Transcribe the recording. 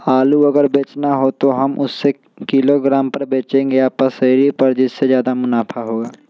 आलू अगर बेचना हो तो हम उससे किलोग्राम पर बचेंगे या पसेरी पर जिससे ज्यादा मुनाफा होगा?